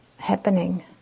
happening